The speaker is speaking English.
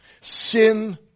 Sin